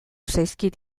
zaizkit